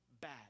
bad